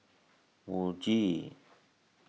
Muji